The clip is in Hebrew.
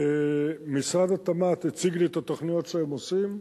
משרד התמ"ת הציג לי את התוכניות שהם עושים,